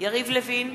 יריב לוין,